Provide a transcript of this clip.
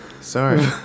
Sorry